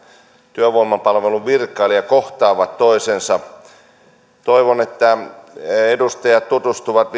työvoimapalvelun virkailija kohtaavat toisensa toivon että edustajat tutustuvat